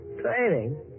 Training